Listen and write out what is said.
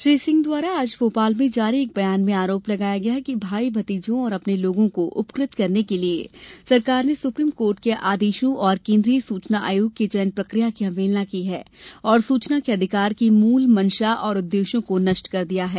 श्री सिंह के द्वारा आज भोपाल में जारी एक बयान में आरोप लगाया है कि भाई भतीजों और अपने लोगों को उपकृत करने के लिए सरकार ने सुप्रीम कोर्ट के आदेशों और केंद्रीय सूचना आयोग की चयन प्रक्रिया की अवहेलना की है और सूचना के अधिकार की मूल मंशा और उद्देश्यों को नष्ट कर दिया है